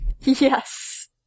Yes